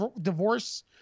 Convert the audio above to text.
divorce